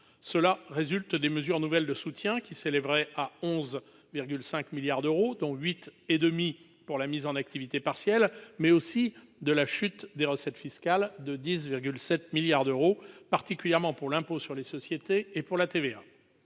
Cela résulte des mesures nouvelles de soutien qui s'élèveraient à 11,5 milliards d'euros- dont 8,5 milliards d'euros pour la mise en activité partielle -, mais aussi de la chute des recettes fiscales de 10,7 milliards d'euros, particulièrement celles de l'impôt sur les sociétés et la TVA.